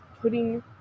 putting